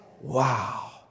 Wow